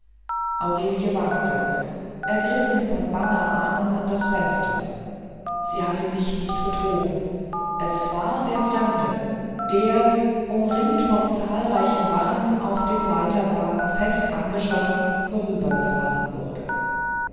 aurelie wankte ergriffen von banger ahnung an das fenster sie hatte sich nicht betrogen es war der fremde der umringt von zahlreichen wachen auf dem leiterwagen fest angeschlossen vorübergefahren wurde